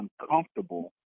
uncomfortable